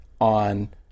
on